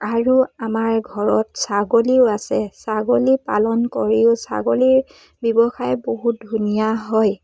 আৰু আমাৰ ঘৰত ছাগলীও আছে ছাগলী পালন কৰিও ছাগলীৰ ব্যৱসায় বহুত ধুনীয়া হয়